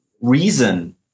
reason